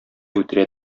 үтерә